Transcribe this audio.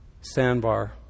sandbar